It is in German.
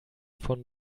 von